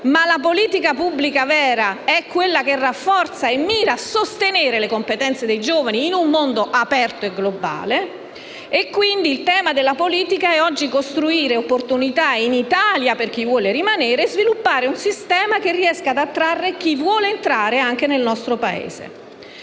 Ma la politica pubblica vera è quella che rafforza e mira a sostenere le competenze dei giovani in un mondo aperto e globale. Quindi, il tema della politica oggi è costruire opportunità in Italia per chi vuole rimanere e sviluppare un sistema che riesca ad attrarre anche chi vuole entrare nel nostro Paese.